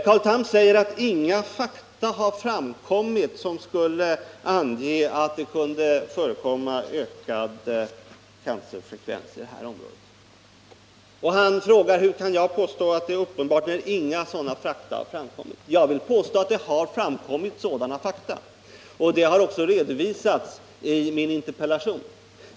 Carl Tham säger att inga fakta har framkommit som skulle ange att det kunde förekomma ökad cancerfrekvens i det aktuella området. Han frågar hurjag kan påstå att det är uppenbart, när inga sådana fakta har framkommit. Jag vill påstå att sådana fakta har framkommit. Det har också redovisats i min interpellation.